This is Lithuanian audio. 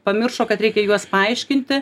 pamiršo kad reikia juos paaiškinti